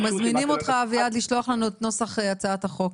אנחנו מזמינים אותך לשלוח לנו את נוסח הצעת החוק.